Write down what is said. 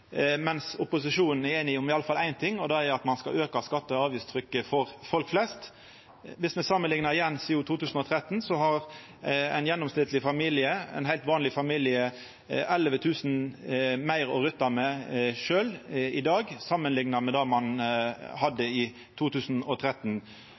mens opposisjonen er einige om iallfall ein ting, og det er at ein skal auka skatte- og avgiftstrykket for folk flest. Viss me igjen samanliknar med 2013, har ein gjennomsnittleg familie, ein heilt vanleg familie, 11 000 kr meir å rutta med i dag.